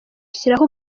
shyiraho